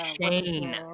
Shane